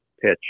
pitch